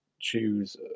choose